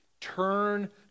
turn